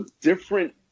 different